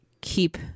keep